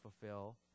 fulfill